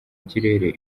kirere